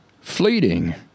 fleeting